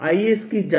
आइए इसकी जांच करें